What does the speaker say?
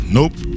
Nope